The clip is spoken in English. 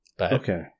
Okay